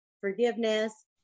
forgiveness